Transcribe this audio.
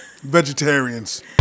Vegetarians